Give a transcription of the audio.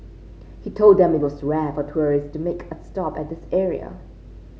he told them that it was rare for tourist to make a stop at this area